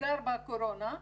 נסגר בקורונה.